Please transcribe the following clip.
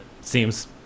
seems